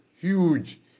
huge